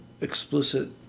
explicit